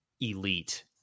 elite